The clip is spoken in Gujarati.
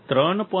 3